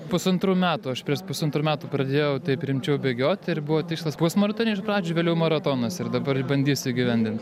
pusantrų metų aš prieš pusantrų metų pradėjau taip rimčiau bėgiot ir buvo tikslas pusmaratoniai iš pradžių vėliau maratonas ir dabar bandysiu įgyvendint